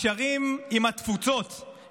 הקשרים עם התפוצות,